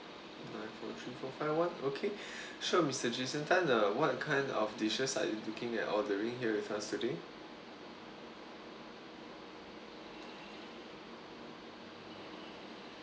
nine four three four five one okay sure mr jason tan uh what kind of dishes are you looking at ordering here with us today